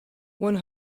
one